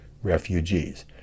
refugees